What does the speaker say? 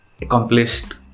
accomplished